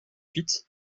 huit